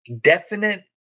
definite